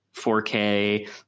4K